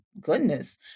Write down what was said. goodness